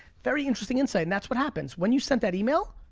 very interesting insight. and that's what happens. when you sent that email,